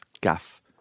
gaff